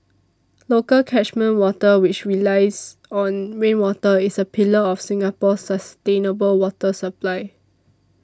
local catchment water which relies on rainwater is a pillar of Singapore's sustainable water supply